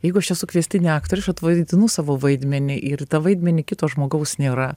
jeigu aš esu kviestinė aktorė aš atvaidinu savo vaidmenį ir tą vaidmenį kito žmogaus nėra